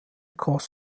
cross